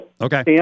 Okay